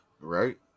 Right